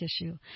issue